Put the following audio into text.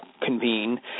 convene